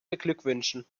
beglückwünschen